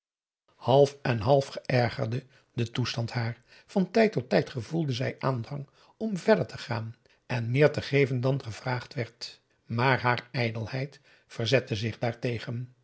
half en half ergerde de toestand haar van tijd tot tijd gevoelde zij aandrang om verder te gaan en meer te geven dan gevraagd werd maar haar ijdelheid verzette zich daartegen